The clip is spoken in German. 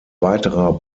weiterer